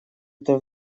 это